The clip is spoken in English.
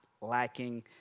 lacking